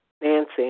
Nancy